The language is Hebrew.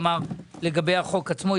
לגבי החוק עצמו,